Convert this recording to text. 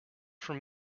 from